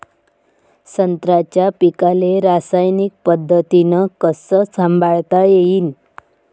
संत्र्याच्या पीकाले रासायनिक पद्धतीनं कस संभाळता येईन?